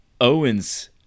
owen's